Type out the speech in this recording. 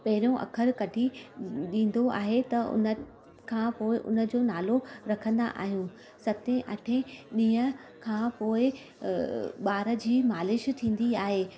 पहिरियों अख़रु कढी ॾींदो आहे त उनखां पोइ उनजो नालो रखंदा आहियूं सते अठे ॾींहं खां पोइ ॿार जी मालिश थींदी आहे